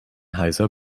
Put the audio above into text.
heiser